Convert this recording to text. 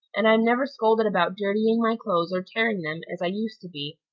and i'm never scolded about dirtying my clothes or tearing them, as i used to be.